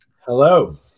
Hello